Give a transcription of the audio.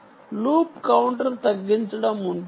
loop counter తగ్గించడం ఉంటుంది